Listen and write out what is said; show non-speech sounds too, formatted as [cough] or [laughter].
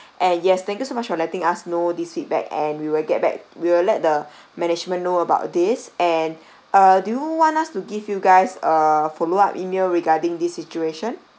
and yes thank you so much for letting us know this feedback and we will get back we will let the [breath] management know about this and [breath] uh do you want us to give you guys a follow up email regarding this situation